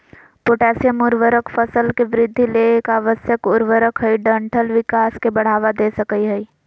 potassium उर्वरक फसल के वृद्धि ले एक आवश्यक उर्वरक हई डंठल विकास के बढ़ावा दे सकई हई